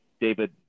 David